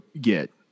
get